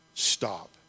Stop